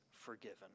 forgiven